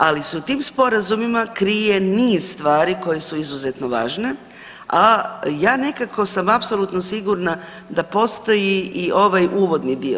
Ali se u tim sporazumima krije niz stvari koje su izuzetno važne, a ja nekako sam apsolutno sigurna da postoji i ovaj uvodni dio.